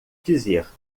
dizer